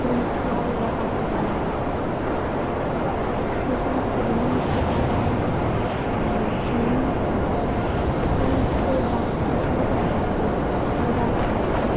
प्रीत्या व्यवहारं करोमि तेषां कृते दिननित्यकार्याणां ट्रैनिङ्ग् करोमि तेन ते दाः अवगच्छन्ति नवजातः अतः